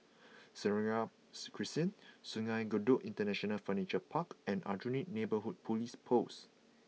Seraya Crescent Sungei Kadut International Furniture Park and Aljunied Neighbourhood Police Post